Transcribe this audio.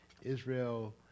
Israel